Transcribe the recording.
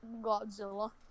Godzilla